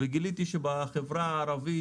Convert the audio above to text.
וגיליתי שבחברה הערבית,